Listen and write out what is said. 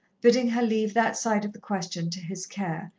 bidding her leave that side of the question to his care,